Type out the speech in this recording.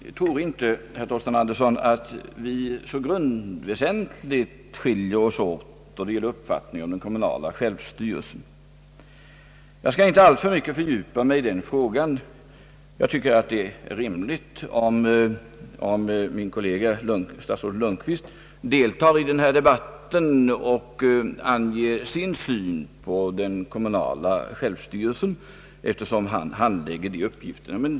Jag tror inte, herr Torsten Andersson, att vi så grundväsentligt skiljer oss åt då det gäller uppfattningen om den kommunala självstyrelsen. Jag skall inte fördjupa mig i den frågan nu, men jag tycker att det är rimligt att min kollega statsrådet Lundkvist deltar i denna debatt och anger sin syn på den kommunala självstyrelsen, eftersom han handlägger dessa uppgifter.